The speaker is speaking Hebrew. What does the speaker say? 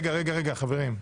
רגע, חברים.